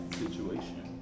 situation